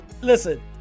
listen